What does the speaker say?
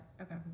Okay